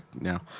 now